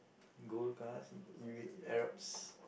gold cars Arabs